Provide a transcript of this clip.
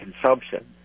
consumption